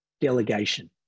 delegation